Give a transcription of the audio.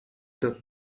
the